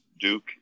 Duke